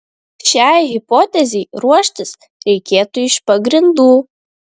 šiai hipotezei ruoštis reikėtų iš pagrindų